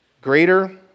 Greater